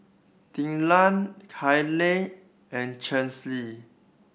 Thekla Hailie and Chelsi